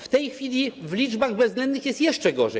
W tej chwili w liczbach bezwzględnych jest jeszcze gorzej.